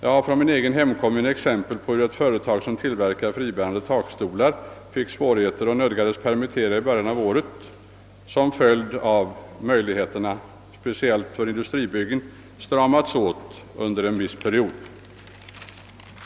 I min egen hemkommun har jag sett exempel på hur ett företag som tillverkar fribärande takstolar fick svårigheter och nödgades permittera anställda i början av året som en följd av att möjligheterna för speciellt industribyggen stramats åt under en viss period.